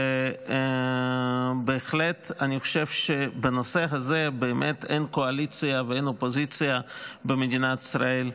בנושא הזה אין קואליציה ואין אופוזיציה במדינת ישראל.